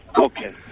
Okay